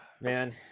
Man